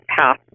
half